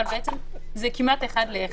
אבל בעצם זה כמעט אחד לאחד.